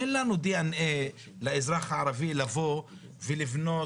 אין לנו דנ"א לאזרח הערבי לבוא ולבנות